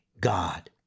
God